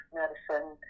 medicine